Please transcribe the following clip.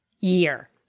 year